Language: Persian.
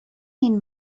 این